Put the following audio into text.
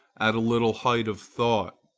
at a little height of thought.